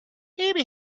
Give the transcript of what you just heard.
maybe